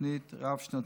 בתוכנית רב-שנתית.